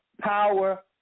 power